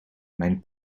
mijn